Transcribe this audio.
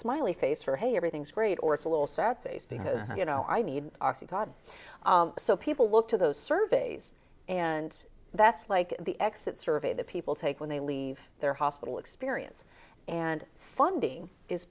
smiley face for hey everything's great or it's a little sad face because you know i need oxycontin so people look to those surveys and that's like the exit survey that people take when they leave their hospital experience and funding is